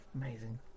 amazing